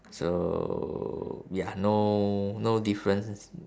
so ya no no difference